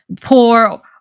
poor